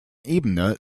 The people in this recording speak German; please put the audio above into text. ebene